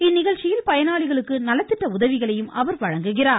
இந்நிகழ்ச்சியில் பயனாளிகளுக்கு நலத்திட்ட உதவிகளையும் அவர் வழங்குகிறார்